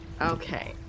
Okay